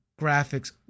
graphics